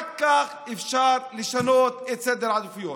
רק כך אפשר לשנות את סדר העדיפויות.